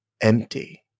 empty